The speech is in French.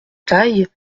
taille